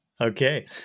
Okay